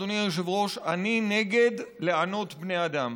אדוני היושב-ראש: אני נגד לענות בני אדם.